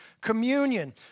communion